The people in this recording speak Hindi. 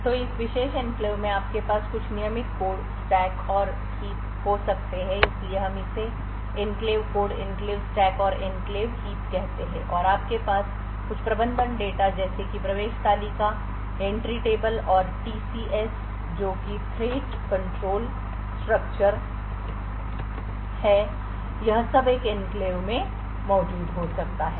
तो इस विशेष एन्क्लेव में आपके पास कुछ नियमित कोड स्टैक और ढेर हो सकते हैं इसलिए हम इसे एन्क्लेव कोड एन्क्लेव स्टैक और एन्क्लेव हीप कहते हैं और आपके पास कुछ प्रबंधन डेटा जैसे कि प्रवेश तालिका और टीसीएस जो कि थ्रेट कंट्रोल स्ट्रक्चर है यह सब एक एनक्लेव में मौजूद हो सकता है